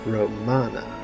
Romana